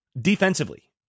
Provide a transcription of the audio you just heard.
Defensively